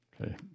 Okay